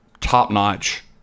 top-notch